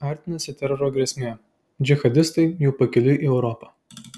artinasi teroro grėsmė džihadistai jau pakeliui į europą